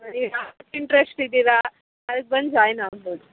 ಬರೀ ಇಂಟ್ರೆಸ್ಟ್ ಇದ್ದೀರ ಅದಕ್ಕೆ ಬಂದು ಜಾಯ್ನ್ ಆಗ್ಬೋದು